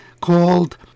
called